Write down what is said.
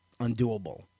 undoable